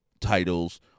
titles